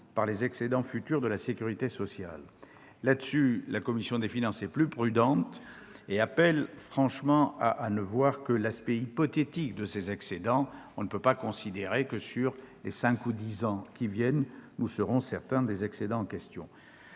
par les excédents futurs de la sécurité sociale. Toutefois, la commission des finances est plus prudente et appelle à ne voir que l'aspect hypothétique de ces excédents : on ne peut pas considérer que, dans les cinq ou dix ans qui viennent, nous serons certains des excédents en question.